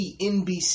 NBC